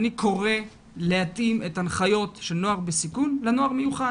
אני קורא להתאים את ההנחיות של נוער בסיכון לנוער מיוחד.